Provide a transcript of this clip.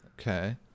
okay